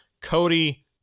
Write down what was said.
cody